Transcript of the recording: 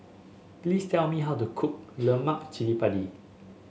please tell me how to cook Lemak Cili Padi